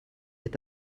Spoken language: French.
est